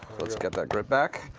let's get that grit back.